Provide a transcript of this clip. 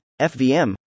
FVM